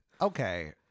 Okay